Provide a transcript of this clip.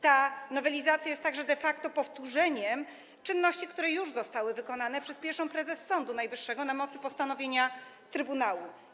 Ta nowelizacja jest także de facto powtórzeniem czynności, które już zostały wykonane przez pierwszą prezes Sądu Najwyższego na mocy postanowienia Trybunału.